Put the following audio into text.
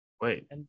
wait